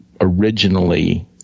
originally